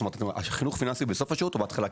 זאת אומרת החינוך הפיננסי הוא בסוף השירות או בהתחלה?